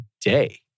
day